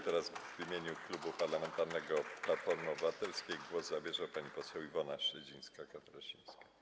Teraz w imieniu Klubu Parlamentarnego Platforma Obywatelska głos zabierze pani poseł Iwona Śledzińska-Katarasińska.